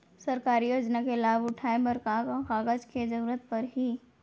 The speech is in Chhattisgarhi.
सरकारी योजना के लाभ उठाए बर का का कागज के जरूरत परही